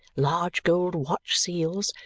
large gold watch seals,